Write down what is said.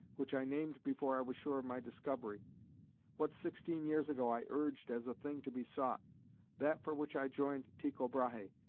which i named before i was sure of my discovery what sixteen years ago i urged as a thing to be sought that for which i joined tycho brahe,